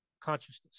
consciousness